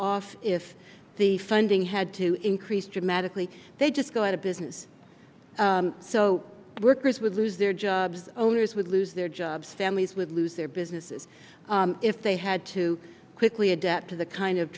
off if the funding had to increase dramatically they just go out of business so workers would lose their jobs owners would lose their jobs families with lose their businesses if they had to quickly adapt to the kind of